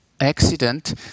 accident